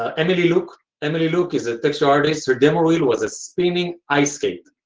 ah emily luke emily luke is a texture artist her demo reel was a spinning ice skate.